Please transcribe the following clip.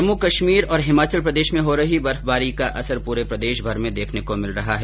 जम्मू कश्मीर और हिमाचल प्रदेश में हो रही बर्फबारी का असर पूरे प्रदेश में दिख रहा है